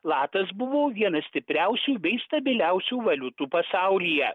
latas buvo viena stipriausių bei stabiliausių valiutų pasaulyje